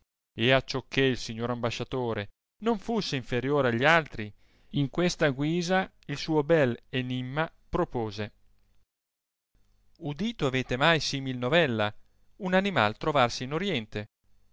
e acciò che il signor ambasciatore non fusse inferiore agli altri in questa guisa il suo bel enimma propose udito avete mai simil novella un animai trovarsi in oriente